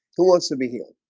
who wants to be healed